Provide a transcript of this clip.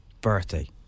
birthday